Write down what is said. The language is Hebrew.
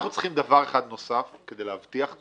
אנחנו צריכים דבר אחד נוסף כדי להבטיח.